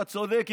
אתה צודק,